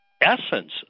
essence